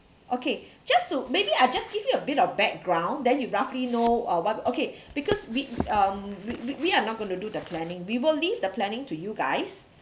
okay just to maybe I'll just give you a bit of background then you roughly know uh what okay because we um we we we are not gonna do the planning we will leave the planning to you guys